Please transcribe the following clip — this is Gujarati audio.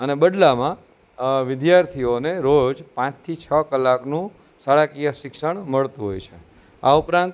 અને બદલામાં વિદ્યાર્થીઓને રોજ પાંચથી છ કલાકનું શાળાકીય શિક્ષણ મળતું હોય છે આ ઉપરાંત